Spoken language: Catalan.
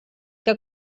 que